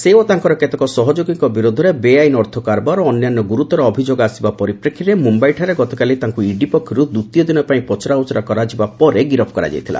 ସେ ଓ ତାଙ୍କର କେତେକ ସହଯୋଗୀଙ୍କ ବିରୋଧରେ ବେଆଇନ ଅର୍ଥ କାରବାର ଓ ଅନ୍ୟାନ୍ୟ ଗ୍ରର୍ତର ଅଭିଯୋଗ ଆସିବା ପରିପ୍ରେକ୍ଷୀରେ ମ୍ରମ୍ଭାଇଠାରେ ଗତକାଲି ତାଙ୍କୁ ଇଡି ପକ୍ଷରୁ ଦ୍ୱିତୀୟ ଦିନ ପାଇଁ ପଚରାଉଚରା କରାଯିବା ପରେ ଗିରଫ କରାଯାଇଥିଲା